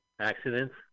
Accidents